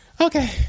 Okay